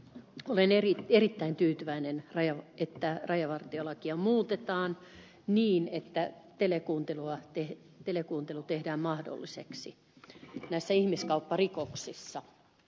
olen erittäin tyytyväinen että rajavartiolakia muutetaan niin että telekuuntelu tehdään mahdolliseksi ihmiskaupparikoksissa